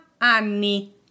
anni